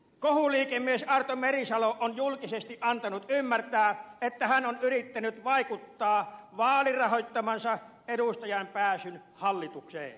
kohuliikemies arto merisalo on julkisesti antanut ymmärtää että hän on yrittänyt vaikuttaa vaalirahoittamansa edustajan pääsyyn hallitukseen